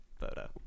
photo